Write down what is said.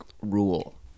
rule